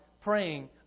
praying